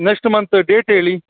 next month date ಹೇಳಿ